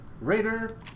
Raider